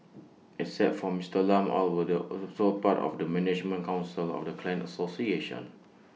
except from Mister Lam all were the also part of the management Council of the clan association